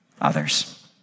others